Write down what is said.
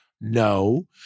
No